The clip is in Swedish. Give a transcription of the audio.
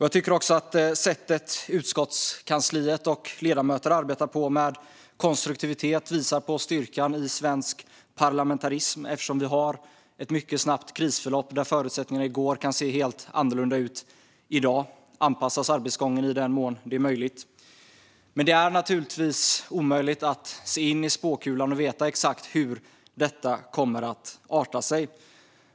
Jag tycker att det konstruktiva sätt som utskottets kansli och ledamöter arbetar på visar styrkan i svensk parlamentarism. Eftersom vi har ett mycket snabbt krisförlopp där förutsättningarna i dag kan se helt annorlunda ut än i går anpassas arbetsgången i den mån det är möjligt. Det är naturligtvis omöjligt att se in i spåkulan och veta exakt hur detta kommer att arta sig.